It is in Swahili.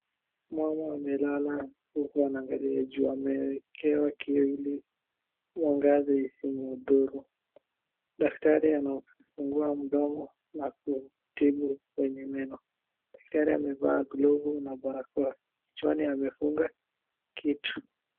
Mama amelela huku anaangalia juu. Amewekewa kioo ili mwangaza isimdhuru. Daktari anamfungua mdomo na kumtibu kwenye meno. Daktari amevaa glovu na barakoa, kichwani amefunga kitu.